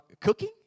Cooking